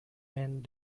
and